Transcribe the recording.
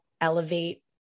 elevate